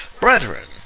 Brethren